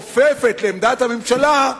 חופפת לעמדת הממשלה,